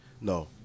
No